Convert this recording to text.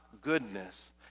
goodness